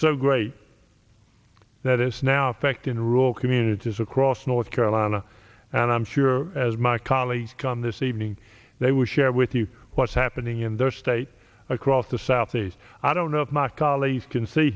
so great that it's now affecting rural communities across north carolina and i'm sure as my colleagues come this evening they will share with you what's happening in their state across the southeast i don't know if my colleagues can see